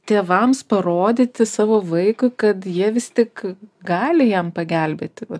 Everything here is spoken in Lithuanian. tėvams parodyti savo vaikui kad jie vis tik gali jam pagelbėti va